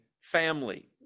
family